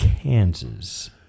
Kansas